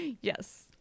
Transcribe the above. Yes